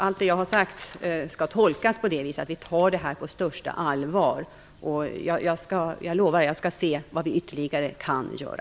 Allt det jag har sagt skall tolkas på det viset att vi tar det här på största allvar. Jag lovar att jag skall se vad vi ytterligare kan göra.